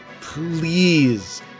please